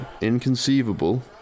Inconceivable